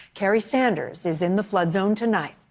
kerry sanders is in the flood zone tonight.